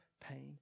pain